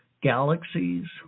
galaxies